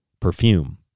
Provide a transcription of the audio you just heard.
perfume